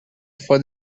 for